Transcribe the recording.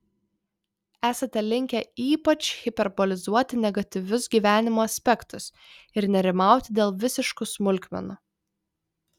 esate linkę ypač hiperbolizuoti negatyvius gyvenimo aspektus ir nerimauti dėl visiškų smulkmenų